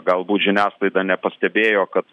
galbūt žiniasklaida nepastebėjo kad